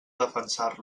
defensar